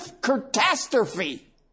catastrophe